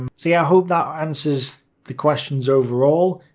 um see, i hope that answers the questions overall.